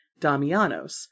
Damianos